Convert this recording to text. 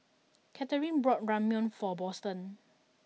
Katherin bought Ramyeon for Boston